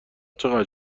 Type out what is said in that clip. چقدر